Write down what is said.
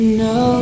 no